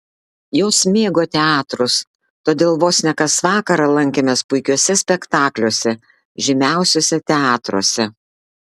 jos mėgo teatrus todėl vos ne kas vakarą lankėmės puikiuose spektakliuose žymiausiuose teatruose